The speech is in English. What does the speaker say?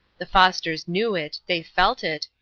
the fosters knew it, they felt it,